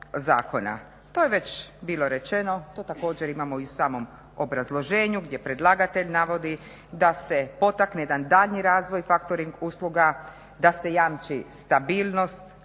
To je već bilo rečeno, to također imamo i u samom obrazloženju gdje predlagatelj navodi da se potakne jedan daljnji razvoj factoring usluga, da se jamči stabilnost,